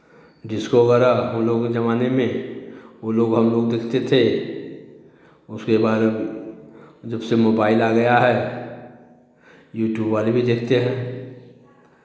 disco वगैरह हम लोग के ज़माने में वो लोग हम लोग देखते थे उसके बाद जब से मोबाइल आ गया है यूट्यूब वाली भी देखते हैं